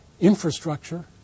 Infrastructure